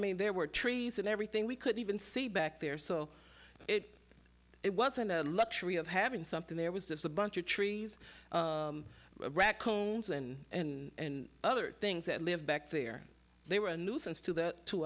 mean there were trees and everything we could even see back there so it wasn't a luxury of having something there was just a bunch of trees raccoons and other things that lived back there they were a nuisance to that to